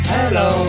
Hello